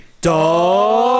Dog